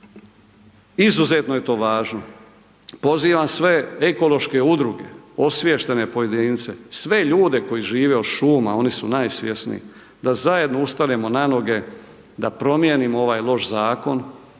Izuzetno je to važno. Pozivam sve ekološke udruge, osviještene pojedince, sve ljude koji žive od šuma, oni su najsvjesniji, da zajedno ustanimo na noge, da promijenimo ovaj loš zakon,